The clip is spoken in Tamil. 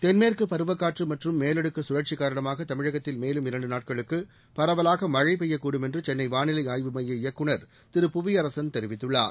தென்மேற்குப் பருவக்காற்று மற்றும் மேலடுக்கு சுழற்சி காரணமாக தமிழகத்தில் மேலும் இரண்டு நாட்களுக்கு பரவலாக மழை பெய்யக்கூடும் என்று சென்னை வானிலை ஆய்வு மைய இயக்குநர் திரு புவியரசன் தெரிவித்துள்ளார்